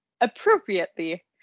appropriately